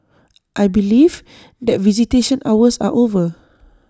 I believe that visitation hours are over